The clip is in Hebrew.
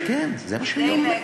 כן, זה מה שאני אומר.